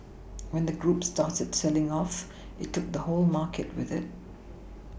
when the group started selling off it took the whole market with it